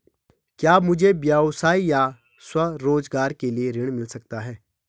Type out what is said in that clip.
क्या मुझे व्यवसाय या स्वरोज़गार के लिए ऋण मिल सकता है?